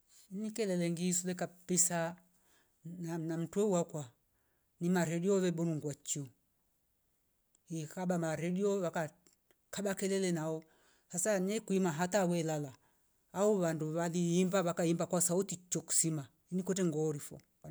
Inike lele ngiseke kabisa nam- namtowaka ni maredio ze bungwa chu yekaba maredio waka kk- kaba kelele nao asa nyekwima hata we lala au vandu valiimva wakaimba sauti choksima nikwete ngoorifo